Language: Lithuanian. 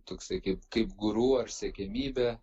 toksai kaip kaip guru ar siekiamybė